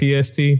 PST